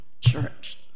church